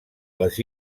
les